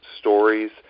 stories